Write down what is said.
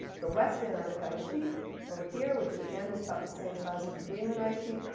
the west antarctic ice sheet over here, which again, is about the same size as the greenland ice sheet.